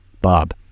Bob